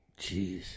jeez